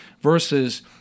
versus